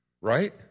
right